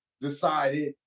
decided